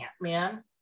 Man